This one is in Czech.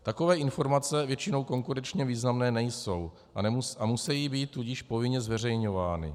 Takové informace většinou konkurenčně významné nejsou, a musí být tudíž povinně zveřejňovány.